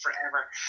forever